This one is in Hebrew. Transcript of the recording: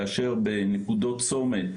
כאשר בנקודות צומת,